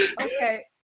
Okay